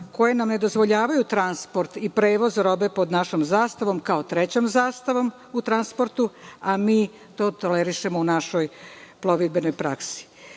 koje nam ne dozvoljavaju transport i prevoz robe pod našom zastavom kao trećom zastavom u transportu, a mi to tolerišemo u našoj plovidbenoj praksi. Dakle,